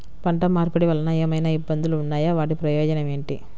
పంట మార్పిడి వలన ఏమయినా ఇబ్బందులు ఉన్నాయా వాటి ప్రయోజనం ఏంటి?